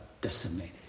decimated